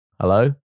Hello